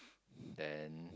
then